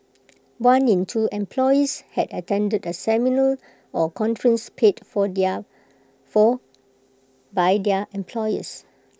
one in two employees had attended A seminar or conference paid for for by their employers